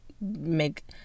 make